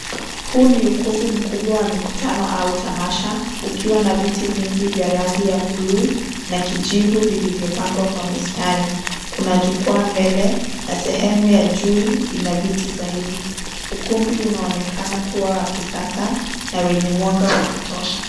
Huu ni ukumbi mkubwa wa mkutano au tamasha ukiwa na viti vingi vya rangi ya blue na kijivu vilivyo pangwa kwenye mistari. Kunajukwaa mbele na sehemu ya juu ina viti zaidi ukumbui unaonekana kuwa wa kisasa na wenye mwanga wa kutosha